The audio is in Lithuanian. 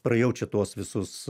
praėjau čia tuos visus